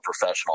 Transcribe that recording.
professional